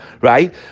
right